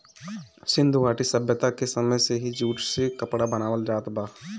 सिंधु घाटी सभ्यता के समय से ही जूट से कपड़ा बनावल जात बा